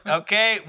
okay